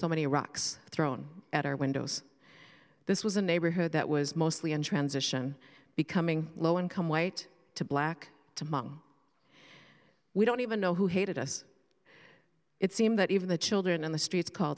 so many rocks thrown at our windows this was a neighborhood that was mostly in transition becoming low income white to black to mung we don't even know who hated us it seemed that even the children on the streets call